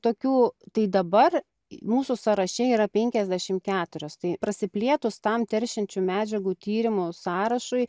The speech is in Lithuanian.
tokių tai dabar mūsų sąraše yra penkiasdešim keturios tai prasiplėtus tam teršiančių medžiagų tyrimo sąrašui